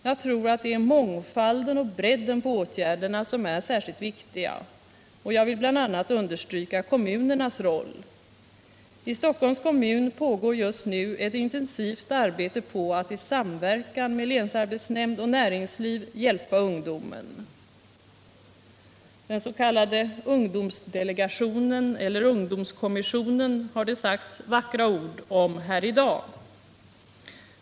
Jag tror att mångfalden av och bredden på åtgärderna är särskilt viktiga, och jag vill bl.a. understryka kommunernas roll. I Stockholms kommun pågår just nu ett intensivt arbete på att, i samverkan med länsarbetsnämnd och näringsliv, hjälpa ungdomen. Om den s.k. ungdomsdelegationen eller ungdomskommissionen har det sagts vackra ord här i dag.